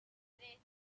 tres